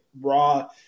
Raw